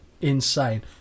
insane